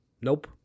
Nope